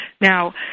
Now